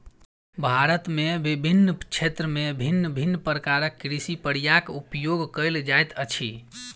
भारत में विभिन्न क्षेत्र में भिन्न भिन्न प्रकारक कृषि प्रक्रियाक उपयोग कएल जाइत अछि